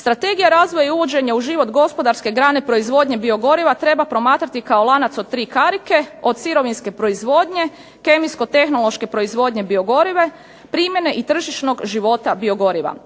Strategija razvoja i uvođenja u život gospodarske grane proizvodnje biogoriva treba promatrati kao lanac od tri karike, od sirovinske proizvodnje, kemijsko-tehnološke proizvodnje biogoriva, primjene i tržišnog života biogoriva.